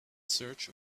search